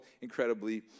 incredibly